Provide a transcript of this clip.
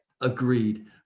agreed